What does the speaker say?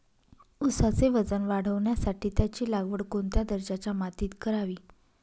ऊसाचे वजन वाढवण्यासाठी त्याची लागवड कोणत्या दर्जाच्या मातीत करावी?